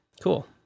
cool